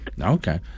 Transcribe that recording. Okay